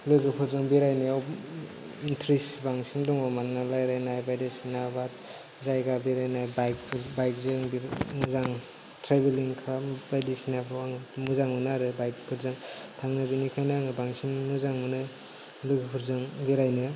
लोगोफोरजों बेराययापव इन्ट्रेस बांसिन दङ रायलायनाय बायदिसिना बेरायनाय बाइकजों मोजां ट्राइभेलिं खालामनायाव आं मोजां मोनो आरो बाइकफोरजों थांनो बिनिखायनो बांसिन मोजां मोनो लोगोफोरजों बेरायनो